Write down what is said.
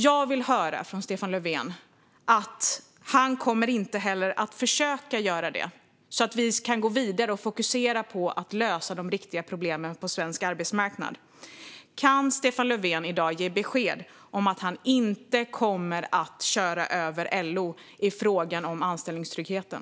Jag vill höra från Stefan Löfven att han inte kommer att försöka göra det heller, så att vi kan gå vidare och fokusera på att lösa de riktiga problemen på svensk arbetsmarknad. Kan Stefan Löfven ge besked i dag om att han inte kommer att köra över LO i frågan om anställningstryggheten?